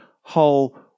whole